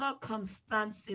circumstances